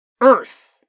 Earth